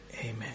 Amen